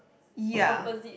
ya